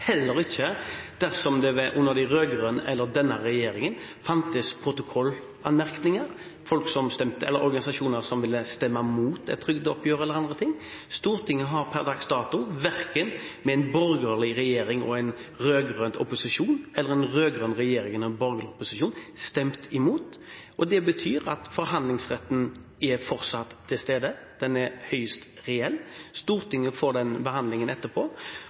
heller ikke dersom det under den rød-grønne eller denne regjeringen fantes protokollanmerkninger, organisasjoner som ville stemme imot et trygdeoppgjør, eller andre ting. Stortinget har per dags dato verken med en borgerlig regjering og en rød-grønn opposisjon eller med en rød-grønn regjering og en borgerlig opposisjon stemt imot. Det betyr at forhandlingsretten fortsatt er til stede – den er høyst reell. Stortinget får behandlingen etterpå,